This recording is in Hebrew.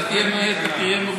אני רואה את העובי של הספר הזה,